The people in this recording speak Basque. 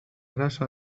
arazo